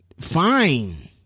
fine